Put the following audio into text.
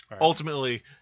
Ultimately